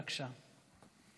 בבקשה.